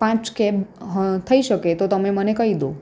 પાંચ કેબ થઈ શકે તો તમે મને કહી દો